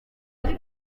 kazi